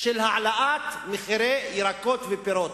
של העלאת מחירי הירקות והפירות.